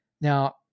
Now